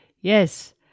Yes